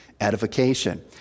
edification